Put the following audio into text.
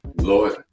Lord